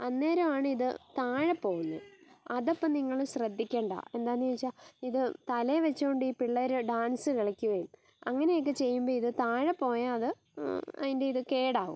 അന്നേരവാണിത് താഴെ പോകുന്നത് അതപ്പം നിങ്ങൾ ശ്രദ്ധിക്കണ്ടത് എന്താന്ന് ചോദിച്ചാൽ ഇത് തലേ വെച്ചോണ്ട് ഈ പിള്ളേർ ഡാൻസ് കളിക്കുകയും അങ്ങനെയൊക്കെ ചെയ്യുമ്പം ഇത് താഴെ പോയാൽ അത് അതിൻ്റെ ഇത് കേടാവും